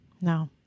no